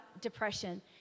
depression